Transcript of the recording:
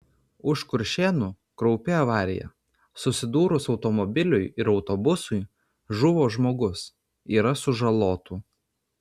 už kuršėnų kraupi avarija susidūrus automobiliui ir autobusui žuvo žmogus yra sužalotų